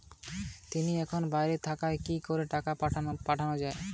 তিনি এখন বাইরে থাকায় কি করে টাকা পাঠানো য়ায়?